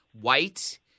White